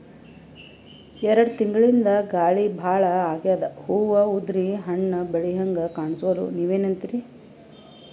ಎರೆಡ್ ತಿಂಗಳಿಂದ ಗಾಳಿ ಭಾಳ ಆಗ್ಯಾದ, ಹೂವ ಉದ್ರಿ ಹಣ್ಣ ಬೆಳಿಹಂಗ ಕಾಣಸ್ವಲ್ತು, ನೀವೆನಂತಿರಿ?